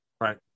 Right